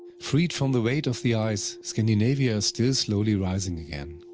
freed from the weight of the ice, scandinavia is still slowly rising again.